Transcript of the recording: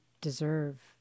deserve